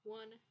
one